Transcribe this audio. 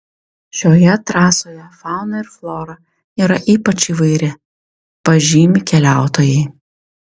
šioje trasoje fauna ir flora yra ypač įvairi pažymi keliautojai